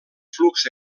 flux